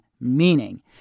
meaning